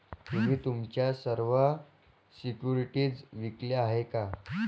तुम्ही तुमच्या सर्व सिक्युरिटीज विकल्या आहेत का?